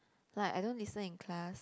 like I don't listen in class